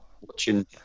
Watching